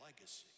Legacy